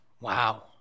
Wow